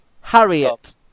Harriet